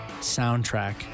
soundtrack